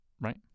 right